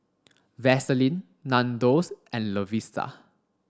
Vaseline Nandos and Lovisa